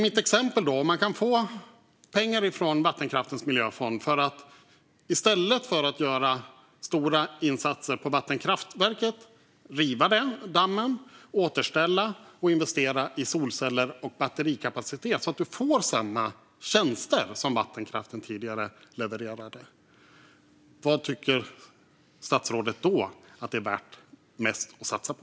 Mitt exempel var att man kan få pengar från Vattenkraftens Miljöfond för att i stället för att göra stora satsningar på vattenkraftverket riva dammen, återställa och investera i solceller och batterikapacitet så att man får samma tjänster som vattenkraftverket tidigare levererade. Vad tycker statsrådet då att det är mest värt att satsa på?